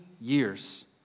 years